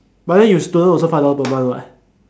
but then you student also five dollar per month what